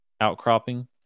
outcropping